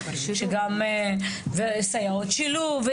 וסייעות שילוב,